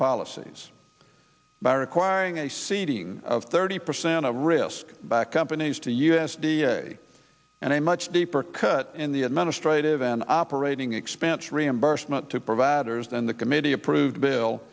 policies by requiring a seeding of thirty percent of risk back companies to u s d a and a much deeper cut in the administrative and operating expense reimbursement to providers than the committee approved bill